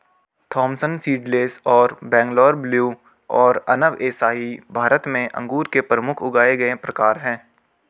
Thompson seedless और Bangalore blue और अनब ए शाही भारत में अंगूर के प्रमुख उगाए गए प्रकार हैं